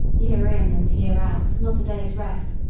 year in and year out, not a day's rest,